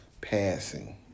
Passing